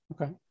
Okay